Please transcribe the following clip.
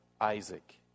Isaac